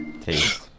Taste